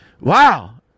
wow